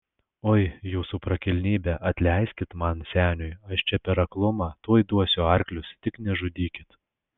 oi jūsų prakilnybe atleiskit man seniui aš čia per aklumą tuoj duosiu arklius tik nežudykit